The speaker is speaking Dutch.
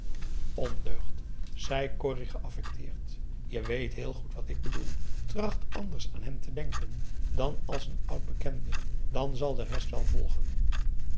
ondeugd zei corrie geaffecteerd je weet heel goed wat ik bedoel tracht anders aan hem te denken dan als een oud bekende dan zal de rest wel volgen